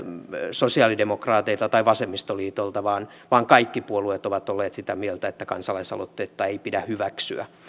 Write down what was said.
sosiaalidemokraateilta tai vasemmistoliitolta vaan vaan kaikki puolueet ovat olleet sitä mieltä että kansalaisaloitetta ei pidä hyväksyä